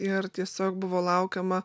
ir tiesiog buvo laukiama